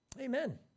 Amen